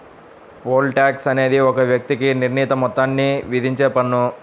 pole tax అనేది ఒక వ్యక్తికి నిర్ణీత మొత్తాన్ని విధించే పన్ను